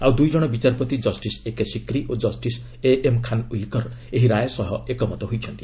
ଆଉ ଦୁଇଜଣ ବିଚାରପତି ଜଷ୍ଟିସ୍ ଏକେ ସିକ୍ରି ଓ ଜଷ୍ଟିସ୍ ଏଏମ୍ ଖାନ୍ୱିଲ୍କର ଏହି ରାୟ ସହ ଏକମତ ହୋଇଛନ୍ତି